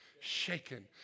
Shaken